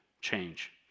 change